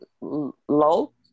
low